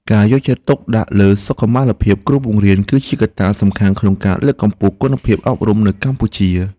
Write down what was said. ការយកចិត្តទុកដាក់លើសុខុមាលភាពគ្រូបង្រៀនគឺជាកត្តាសំខាន់ក្នុងការលើកកម្ពស់គុណភាពអប់រំនៅកម្ពុជា។